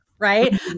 Right